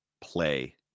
play